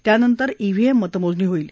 त्यानंतर ईव्हीएम मतमोजणी होईल